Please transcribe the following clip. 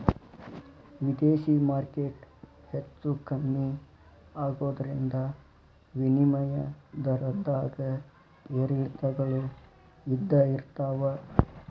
ವಿದೇಶಿ ಮಾರ್ಕೆಟ್ ಹೆಚ್ಚೂ ಕಮ್ಮಿ ಆಗೋದ್ರಿಂದ ವಿನಿಮಯ ದರದ್ದಾಗ ಏರಿಳಿತಗಳು ಇದ್ದ ಇರ್ತಾವ